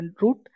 root